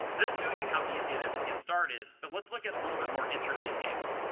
this shows you how easy it is to get started, but let's look at a little bit more interesting case.